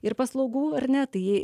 ir paslaugų ar ne tai